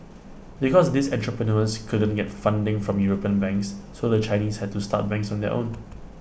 because these entrepreneurs couldn't get funding from european banks so the Chinese had to start banks on their own